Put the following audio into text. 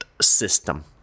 system